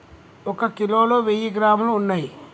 ఒక కిలోలో వెయ్యి గ్రాములు ఉన్నయ్